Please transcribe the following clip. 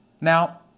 Now